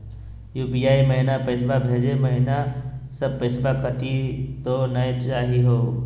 UPI महिना पैसवा भेजै महिना सब पैसवा कटी त नै जाही हो?